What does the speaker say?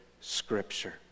Scripture